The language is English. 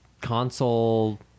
console